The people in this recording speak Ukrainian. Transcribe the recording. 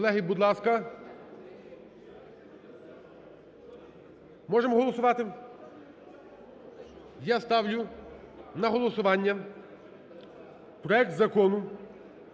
Колеги, будь ласка. Можемо голосувати? Я ставлю на голосування проект Закону